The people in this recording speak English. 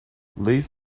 these